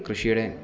കൃഷിയുടെ